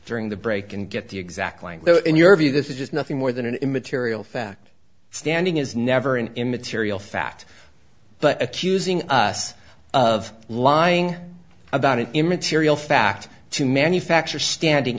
during the break and get the exact language in your view this is just nothing more than an immaterial fact standing is never an immaterial fact but accusing us of lying about an immaterial fact to manufacture standing